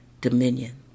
Dominion